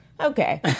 okay